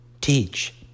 teach